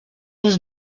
was